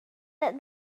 that